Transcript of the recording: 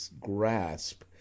grasp